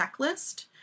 checklist